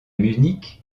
munich